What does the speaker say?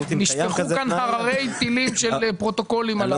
נשפכו כאן הררי תילים של פרוטוקולים על הדבר הזה.